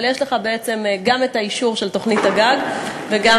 אבל יש לך בעצם גם האישור של תוכנית הגג וגם